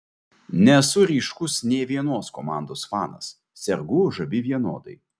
nesu ryškus nė vienos komandos fanas sergu už abi vienodai